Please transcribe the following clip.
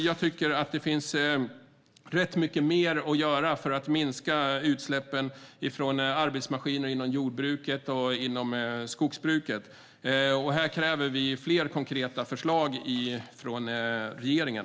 Jag tycker att det finns rätt mycket mer att göra för att minska utsläppen från arbetsmaskiner inom jordbruket och skogsbruket. Här kräver vi fler konkreta förslag från regeringen.